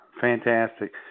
Fantastic